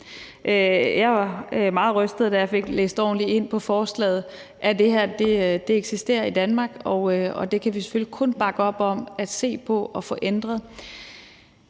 Jeg var meget rystet, da jeg fik læst ordentligt ned i forslaget, over, at det her eksisterer i Danmark, og det kan vi selvfølgelig kun bakke op om at se på at få ændret.